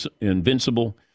invincible